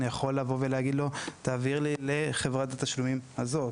אני יכול לומר לו להעביר לחברת התשלומים הזאת.